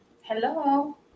Hello